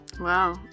Wow